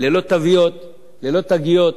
ללא תוויות, ללא תגיות.